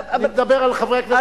אני מדבר על חברי כנסת במיליה הזה.